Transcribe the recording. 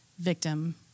victim